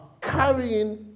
carrying